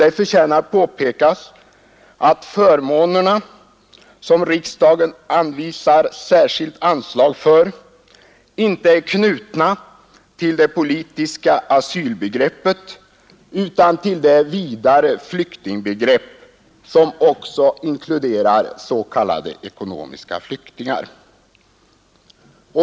Det förtjänar påpekas att förmånerna, som riksdagen anvisar särskilt anslag för, inte är knutna till det politiska asylbegreppet utan till det vidare flyktingbegrepp som också inkluderar s.k. ekonomiska flyktingar.